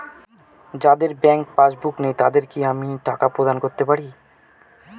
যাদের bank passbook নেই তাদের কি আমি টাকা প্রদান করতে পারি?